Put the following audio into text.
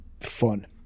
fun